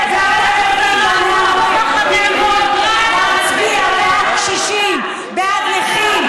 במקום להצביע בעד קשישים, בעד נכים.